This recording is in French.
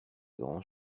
grand